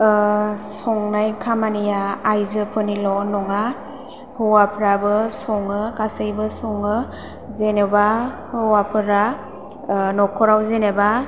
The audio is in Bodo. संनाय खामानिया आइजोफोरनिल' नङा हौवाफ्राबो सङो गासैबो सङो जेन'बा हौवाफोरा नखराव जेन'बा